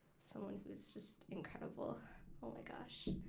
someone who is just incredible. oh my gosh.